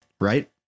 Right